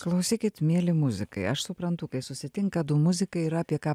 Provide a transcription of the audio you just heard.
klausykit mieli muzikai aš suprantu kai susitinka du muzikai yra apie ką